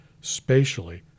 spatially